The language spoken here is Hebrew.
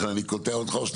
לכן אני קוטע אותך.